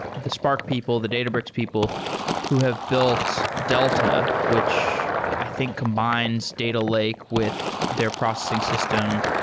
the spark people, the databricks people who have built delta, which i think combines data lake with their processing system.